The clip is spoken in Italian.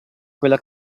quella